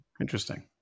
interesting